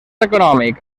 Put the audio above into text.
econòmic